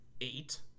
eight